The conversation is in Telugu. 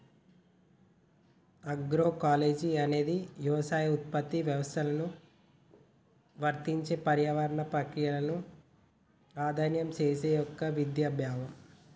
అగ్రోకాలజీ అనేది యవసాయ ఉత్పత్తి వ్యవస్థలకు వర్తించే పర్యావరణ ప్రక్రియలను అధ్యయనం చేసే ఒక విద్యా భాగం